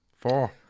Four